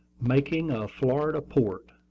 making a florida port.